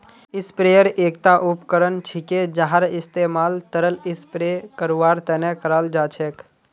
sprayer एकता उपकरण छिके जहार इस्तमाल तरल स्प्रे करवार तने कराल जा छेक